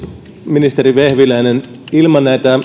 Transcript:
ministeri vehviläinen ilman näitä